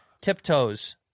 Tiptoes